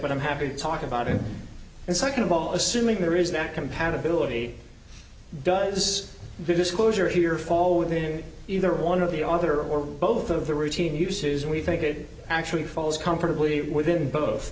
but i'm happy to talk about it and second of all assuming there is no compatibility does the disclosure here fall within either one of the other or both of the routine uses and we think it actually falls comfortably within